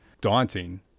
daunting